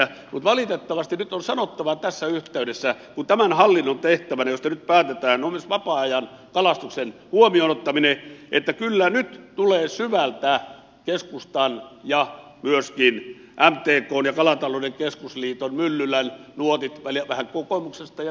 mutta valitettavasti nyt on sanottava tässä yhteydessä kun tämän hallinnon tehtävänä josta nyt päätetään on myös vapaa ajankalastuksen huomioon ottaminen että kyllä nyt tulevat syvältä keskustan ja myöskin mtkn ja kalatalouden keskusliiton myllylän nuotit vähän kokoomuksesta ja perussuomalaisistakin